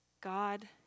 God